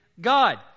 God